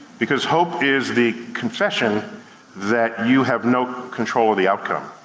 because hope is the confession that you have no control of the outcome.